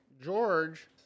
George